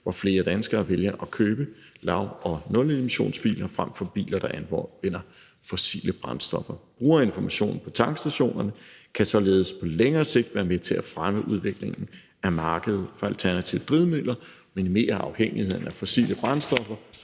hvor flere danskere vælger at købe lav- og nulemissionsbiler frem for biler, der anvender fossile brændstoffer. Brugerinformationen på tankstationerne kan således på længere sigt være med til at fremme udviklingen af markedet for alternative drivmidler, minimere afhængigheden af fossile brændstoffer